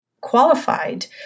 qualified